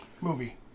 movie